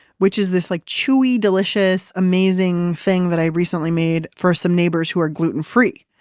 which is this like chewy, delicious, amazing thing that i recently made for some neighbors who are gluten free.